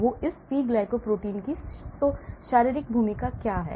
तो इस P glycoprotein की शारीरिक भूमिका क्या है